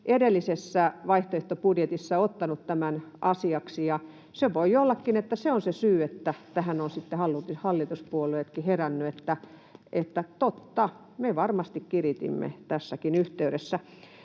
edellisessä vaihtoehtobudjetissa ottanut tämän asiaksi, ja voi ollakin, että se on se syy, että tähän ovat sitten hallituspuolueetkin heränneet. Että totta, me varmasti kiritimme tässäkin yhteydessä.